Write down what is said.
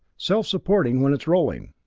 self-supporting when it's rolling.